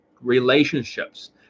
Relationships